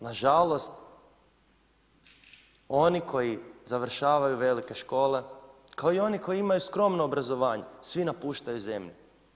Na žalost, oni koji završavaju velike škole kao i oni koji imaju skromno obrazovanje svi napuštaju zemlju.